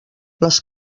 les